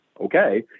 Okay